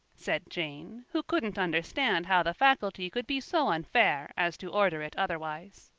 said jane, who couldn't understand how the faculty could be so unfair as to order it otherwise.